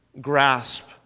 grasp